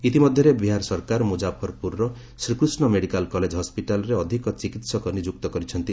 ଇତିମଧ୍ୟରେ ବିହାର ସରକାର ମୁକ୍କାଫରପୁରର ଶ୍ରୀକୃଷ୍ଣ ମେଡିକାଲ୍ କଲେଜ୍ ହସିଟାଲ୍ରେ ଅଧିକ ଚିକିତ୍ସକ ନିଯୁକ୍ତ କରିଛନ୍ତି